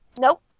nope